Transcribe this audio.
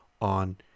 on